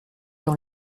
dans